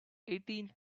eighteen